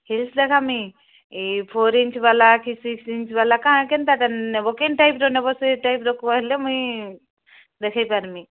hills ଦେଖାମି ଏଇ four inch ବାଲା କି ସିକ୍ସ ଇଞ୍ଚ ବାଲା କାଣ କେନ୍ତାଟା ନେବ କେନ୍ ଟାଇପ୍ର ନେବ ସେ ଟାଇପ୍ର କହିଲେ ମୁଇଁ ଦେଖେଇ ପାରମି